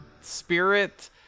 spirit